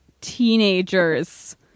teenagers